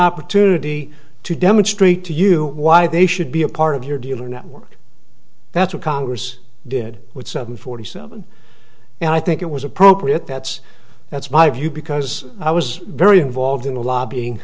opportunity to demonstrate to you why they should be a part of your dealer network that's what congress did with seven forty seven and i think it was appropriate that's that's my view because i was very involved in the lobbying